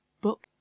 book